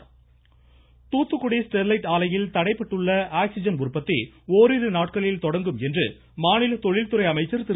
தங்கம் Thennarasu Thoothukudi Sterlite ஆலையில் தடைபட்டுள்ள oxygen உற்பத்தி ஓரிரு நாட்களில் தொடங்கும் என்று மாநில தொழில்துறை அமைச்சர் திரு